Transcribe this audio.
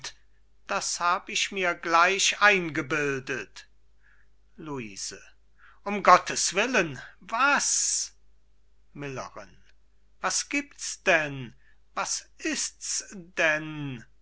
das hab ich mir gleich eingebildet luise um gotteswillen was millerin was gibt's denn was ist's denn